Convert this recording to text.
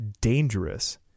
dangerous